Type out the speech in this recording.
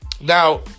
Now